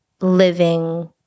living